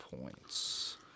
points